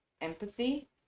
empathy